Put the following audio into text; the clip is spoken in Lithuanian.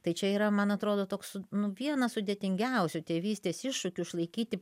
tai čia yra man atrodo toks nu vienas sudėtingiausių tėvystės iššūkių išlaikyti